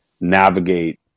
navigate